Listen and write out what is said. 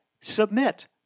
submit